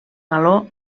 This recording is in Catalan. galó